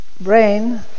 brain